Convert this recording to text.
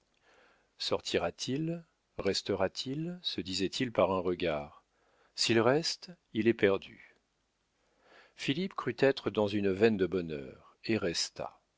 curiosité sortira t il restera-t-il se disaient-ils par un regard s'il reste il est perdu philippe crut être dans une veine de bonheur et resta